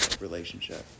relationship